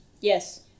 Yes